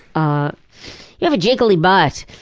ah you have a jiggly butt!